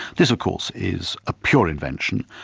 this of course is a pure invention.